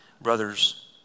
brothers